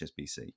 HSBC